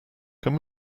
can